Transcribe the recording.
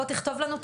בוא תכתוב לנו,